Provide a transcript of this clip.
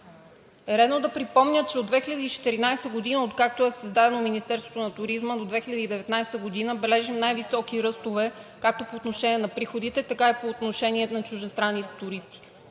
е редно да припомня, че от 2014 г., откакто е създадено Министерството на туризма, до 2019 г. бележим най-високи ръстове както по отношение на приходите, така и по отношение на чуждестранните туристи.